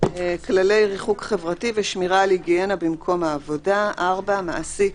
כללי ריחוק חברתי ושמירה על היגיינה במקום העבודה מעסיק